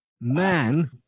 Man